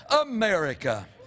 America